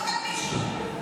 אוי,